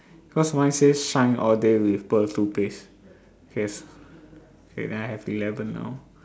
cause mine says shine all day with pearl toothpaste K okay then I have eleven now